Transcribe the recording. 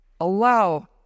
allow